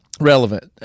relevant